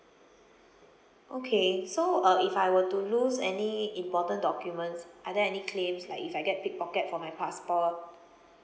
okay so uh if I were to lose any important documents are there any claims like if I get pickpocket for my passport